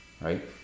right